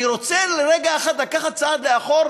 אני רוצה לרגע אחד לקחת צעד לאחור